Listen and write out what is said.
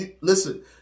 listen